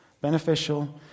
Beneficial